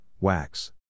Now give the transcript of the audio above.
wax